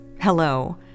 hello